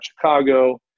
Chicago